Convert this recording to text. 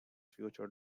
future